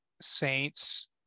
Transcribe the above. Saints